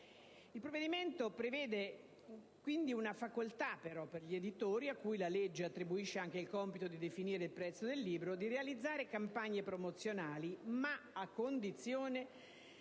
Il provvedimento prevede quindi una facoltà per gli editori, a cui la legge attribuisce anche il compito di definire il prezzo del libro, di realizzare campagne promozionali, ma a condizione